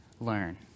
learn